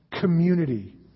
community